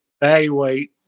evaluate